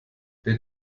der